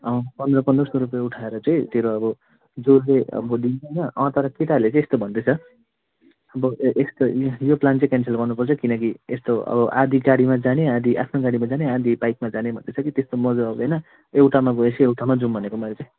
अँ पन्ध्र पन्ध्र सय उठाएर चाहिँ तेरो अब जो जो अब दिन्छ हैन अँ तर केटाहरूले चाहिँ यस्तो भन्दैछ अब यस्तो यो प्लान चाहिँ क्यान्सल गर्नुपर्छ किनकि यस्तो अब आधी गाडीमा जाने आधी आफ्नो गाडीमा जाने बाइकमा जाने भन्दैछ कि त्यस्तो मजा आउँदैन एउटामा गएपछि एउटामा जाऔँ भनेको मैले चाहिँ